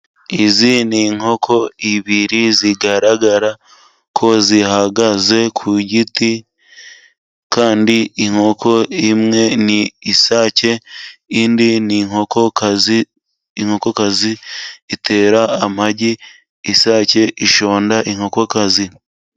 Izi ni inkoko ebyiri zigaragara ko zihagaze ku giti, kandi inkoko imwe ni isake, indi ni inkokokazi, inkokokazi itera amagi, isake ishonda inkokokazi.